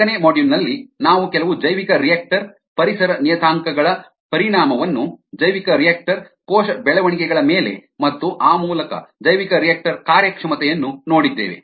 ನಾಲ್ಕನೇ ಮಾಡ್ಯೂಲ್ ನಲ್ಲಿ ನಾವು ಕೆಲವು ಜೈವಿಕರಿಯಾಕ್ಟರ್ ಪರಿಸರ ನಿಯತಾಂಕಗಳ ಪರಿಣಾಮವನ್ನು ಜೈವಿಕರಿಯಾಕ್ಟರ್ ಕೋಶ ಬೆಳವಣಿಗೆಗಳ ಮೇಲೆ ಮತ್ತು ಆ ಮೂಲಕ ಜೈವಿಕರಿಯಾಕ್ಟರ್ ಕಾರ್ಯಕ್ಷಮತೆಯನ್ನು ನೋಡಿದ್ದೇವೆ